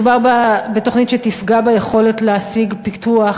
מדובר בתוכנית שתפגע ביכולת להשיג פיתוח